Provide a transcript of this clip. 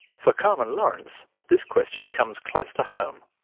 for carmen lawrence, this question comes close to home.